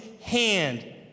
hand